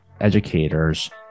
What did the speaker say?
educators